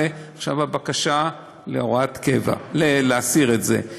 ועכשיו הבקשה היא להסיר את זה.